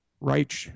Reich